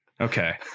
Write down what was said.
Okay